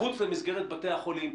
מחוץ למסגרת בתי החולים,